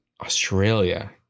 Australia